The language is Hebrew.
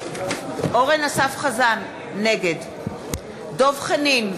אורן אסף חזן, נגד דב חנין,